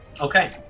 Okay